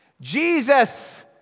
Jesus